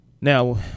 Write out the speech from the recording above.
Now